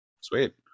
sweet